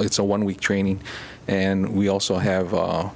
it's a one week training and we also have